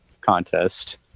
Contest